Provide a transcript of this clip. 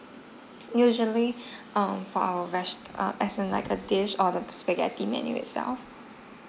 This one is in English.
usually um for our rest~ err as a like a dish or spaghetti menu itself